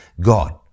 God